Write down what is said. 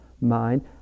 mind